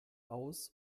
aus